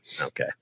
Okay